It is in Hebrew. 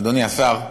אדוני השר,